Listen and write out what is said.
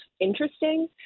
interesting